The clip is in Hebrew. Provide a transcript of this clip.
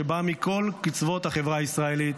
שבא מכל קצוות החברה הישראלית: